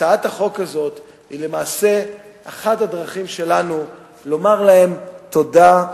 הצעת החוק הזאת היא למעשה אחת הדרכים שלנו לומר להם: תודה.